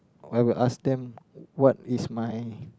I will ask them what is my